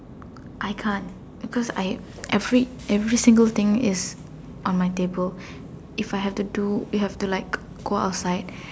I cant because I every every single thing is on my table if I have to do if have to like go outside